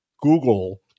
Google